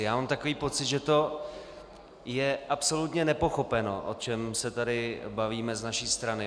Mám takový pocit, že to je absolutně nepochopeno, o čem se tady bavíme z naší strany.